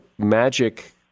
magic